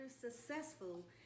successful